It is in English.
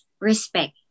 respect